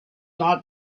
not